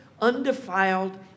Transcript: undefiled